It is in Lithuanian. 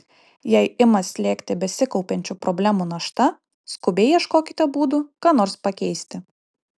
jei ima slėgti besikaupiančių problemų našta skubiai ieškokite būdų ką nors pakeisti